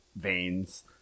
veins